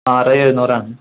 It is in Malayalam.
ആറ് എഴുന്നൂറാണ്